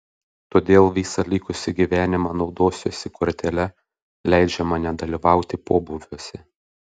todėl visą likusį gyvenimą naudosiuosi kortele leidžiama nedalyvauti pobūviuose